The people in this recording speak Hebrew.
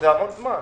המון זמן.